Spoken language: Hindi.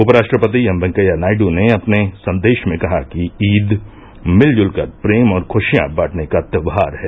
उप राष्ट्रपति एम ेंकैया नायड ने अपने संदेश में कहा कि ईद मिलजुल कर प्रेम और खुशियां बांटने का त्यौहार है